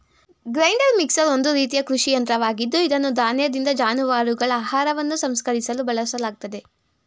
grinder mixer ಒಂದು ರೀತಿಯ ಕೃಷಿ ಯಂತ್ರವಾಗಿದ್ದು ಇದನ್ನು ಧಾನ್ಯದಿಂದ ಜಾನುವಾರುಗಳ ಆಹಾರವನ್ನು ಸಂಸ್ಕರಿಸಲು ಬಳಸಲಾಗ್ತದೆ